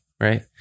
right